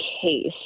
case